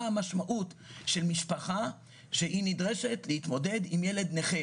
המשמעות של משפחה שנדרשת להתמודד עם ילד נכה.